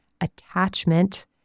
attachment